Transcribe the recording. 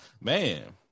Man